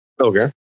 Okay